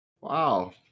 wow